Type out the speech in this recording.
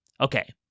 Okay